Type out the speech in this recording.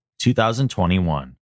2021